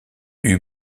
eut